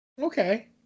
Okay